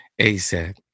ASAP